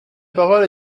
parole